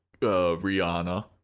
Rihanna